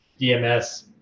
DMS